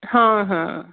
ହଁ ହଁ